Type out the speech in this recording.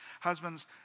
Husbands